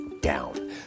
down